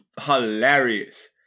hilarious